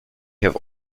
have